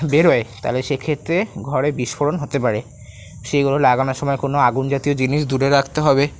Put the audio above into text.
বেরোয় তাহলে সেক্ষেত্রে ঘরে বিস্ফোরণ হতে পারে সেগুলো লাগানোর সময় কোনো আগুন জাতীয় জিনিস দূরে রাখতে হবে